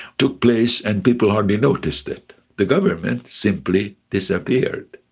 took place and people hardly noticed it. the government simply disappeared.